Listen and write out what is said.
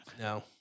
No